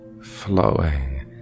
flowing